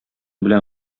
белән